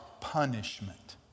punishment